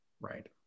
Right